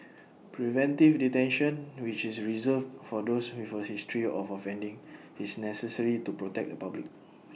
preventive detention which is reserved for those with A history of offending is necessary to protect the public